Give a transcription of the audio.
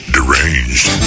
Deranged